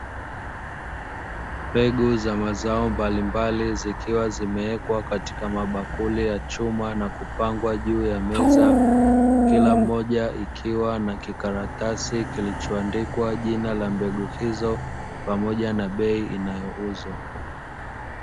Mbegu za mazao mbalimbali zikiwa zimeekwa katika mabakuli ya chuma na kupangwa juu ya meza, kila moja ikiwa na kikaratasi kilichoandikwa jina la mbegu hizo pamoja na bei inayouzwa.